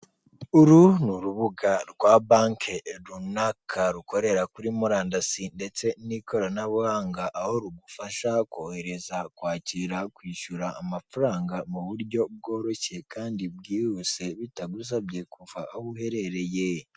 Uru ni urubuga rwa banki runaka rukorera kuri murandasi ndetse n'ikoranabuhanga, aho rugufasha kohereza, kwakira, kwishyura amafaranga mu buryo bworoshye kandi bwihuse bitagusabye kuva aho uherereye.